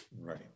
Right